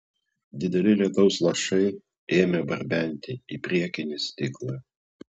dideli lietaus lašai ėmė barbenti į priekinį stiklą